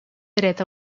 dret